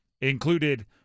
included